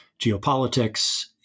geopolitics